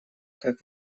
как